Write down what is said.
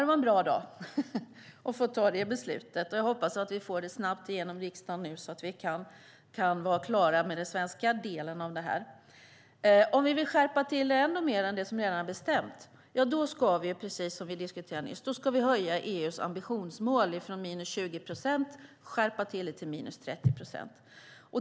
Det kändes bra att kunna fatta det beslutet, och jag hoppas att vi snabbt får igenom det i riksdagen så att vi kan vara klara med den svenska delen. Om vi vill skärpa det hela ännu mer än det som redan är bestämt ska vi, som vi sade tidigare, höja EU:s ambitionsmål från minus 20 procent till minus 30 procent.